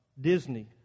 Disney